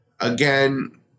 again